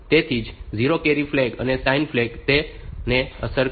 તેથી 0 carry flag અને sign flag ને અસર થશે